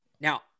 now